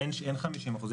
אין 50 אחוזים.